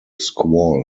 squall